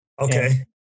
Okay